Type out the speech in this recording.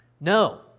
No